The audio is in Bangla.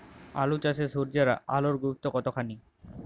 আলু চাষে সূর্যের আলোর গুরুত্ব কতখানি?